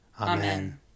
Amen